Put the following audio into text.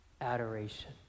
adoration